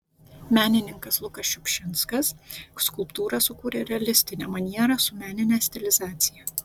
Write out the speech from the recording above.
menininkas lukas šiupšinskas skulptūrą sukūrė realistine maniera su menine stilizacija